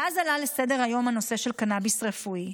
ואז עלה לסדר-היום הנושא של קנביס רפואי.